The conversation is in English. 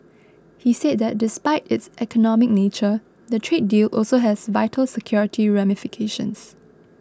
he said that despite its economic nature the trade deal also has vital security ramifications